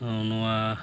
ᱱᱚᱣᱟ